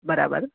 બરાબર